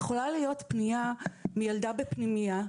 יכולה להיות פנייה מילדה בפנימייה,